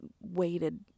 waited